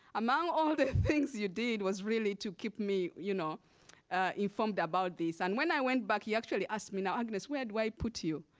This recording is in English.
among all the things you did was really to keep me you know informed about this. and when i went back, he actually asked me, now agnes, where do i put you?